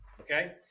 Okay